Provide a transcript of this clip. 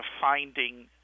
finding